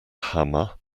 hammer